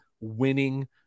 winning